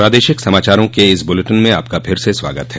प्रादेशिक समाचारों के इस बुलेटिन में आपका फिर से स्वागत है